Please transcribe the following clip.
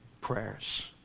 prayers